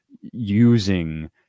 using